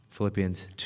Philippians